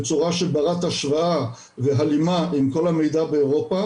בצורה שהיא ברת השוואה והלימה עם כל המידע באירופה